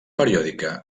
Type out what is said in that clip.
periòdica